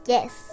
Yes